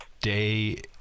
day